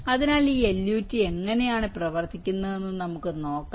അതിനാൽ ഈ LUT എങ്ങനെ പ്രവർത്തിക്കുന്നുവെന്ന് നമുക്ക് നോക്കാം